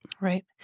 Right